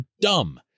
dumb